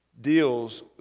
deals